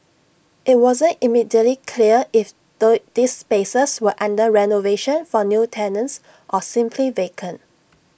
IT wasn't immediately clear if these spaces were under renovation for new tenants or simply vacant